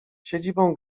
siedzibą